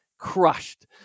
crushed